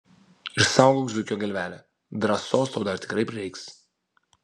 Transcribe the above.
ir saugok zuikio galvelę drąsos tau dar tikrai prireiks